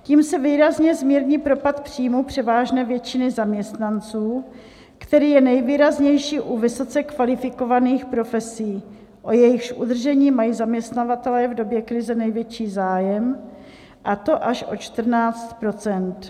Tím se výrazně zmírní propad příjmů převážné většiny zaměstnanců, který je nejvýraznější u vysoce kvalifikovaných profesí, o jejichž udržení mají zaměstnavatelé v době krize největší zájem, a to až o 14 %.